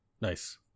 Nice